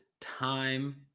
time